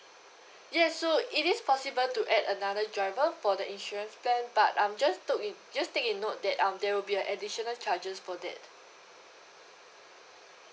yes so it is possible to add another driver for the insurance plan but I'm just took it just take a note that um there will be a additional charges for that